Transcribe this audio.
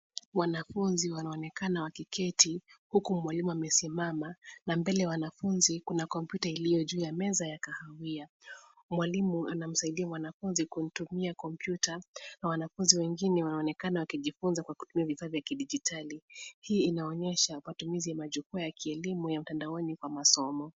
Wanafunzi wanaonekana wakiketi huku mwalimu amesimama na mbele ya wanafunzi kuna komputa iliyo juu ya meza ya kahawia. Mwalimu anamsaidia mwanafunzi kumutumia komputa na wanafunzi wengine wanaonekana wakijifunza kwa kutumia vifaa vya kidijitali hii inaonyesha matumizi ya majukwaa ya kielimu ya mtandaoni kwa masomo.